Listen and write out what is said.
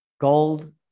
gold